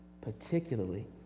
particularly